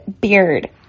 beard